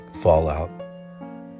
fallout